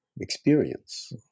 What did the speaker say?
experience